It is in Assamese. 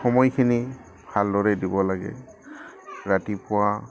সময়খিনি ভালদৰে দিব লাগে ৰাতিপুৱা